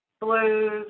blues